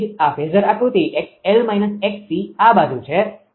તેથી જ આ ફેઝર આકૃતિ 𝑥𝑙 𝑥𝑐 આ બાજુ છે